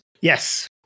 Yes